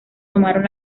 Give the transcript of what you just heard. tomaron